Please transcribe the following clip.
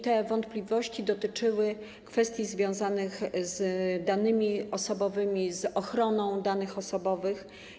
Te wątpliwości dotyczyły kwestii związanych z danymi osobowymi, z ochroną danych osobowych.